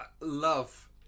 love